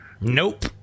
Nope